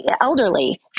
Elderly